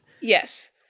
Yes